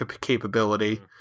capability